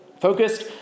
focused